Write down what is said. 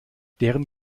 deren